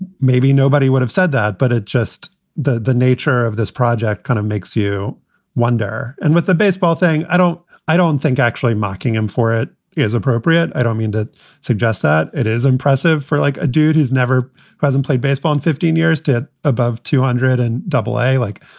maybe nobody would have said that. but it's just the the nature of this project kind of makes you wonder. and with the baseball thing, i don't i don't think actually mocking him for it is appropriate. i don't mean to suggest that it is impressive for like a dude who's never who hasn't played baseball in fifteen years, did above two hundred and double a. like,